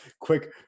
quick